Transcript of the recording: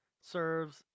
serves